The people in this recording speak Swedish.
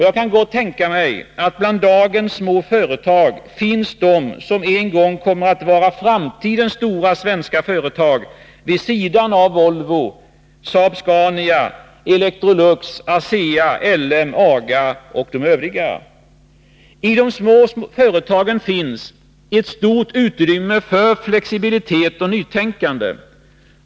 Jag kan gott tänka mig att bland dagens små företag finns de som en gång kommer att vara framtidens stora företag vid sidan om Volvo, Saab-Scania, Elektrolux, ASEA, L M Ericsson, AGA och de övriga. I de små företagen finns ett stort utrymme för flexibilitet och nytänkande.